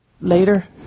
later